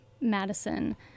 Madison